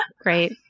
Great